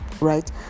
right